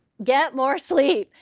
get more sleep.